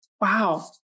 Wow